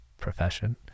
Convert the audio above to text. profession